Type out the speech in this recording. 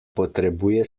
potrebuje